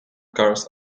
cars